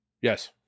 Yes